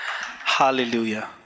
Hallelujah